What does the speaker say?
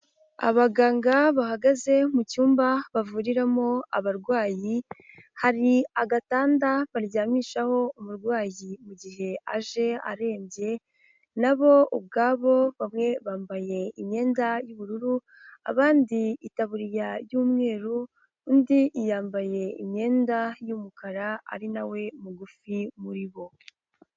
Abaganga bahagaze mu cyumba bavuriramo abarwayi, hari agatanda baryamishaho umurwayi mu gihe aje arembye, na bo ubwabo bamwe bambaye imyenda y'ubururu, abandi itaburiya y'umweru, undi yambaye imyenda y'umukara ari nawe mugufi muri bo.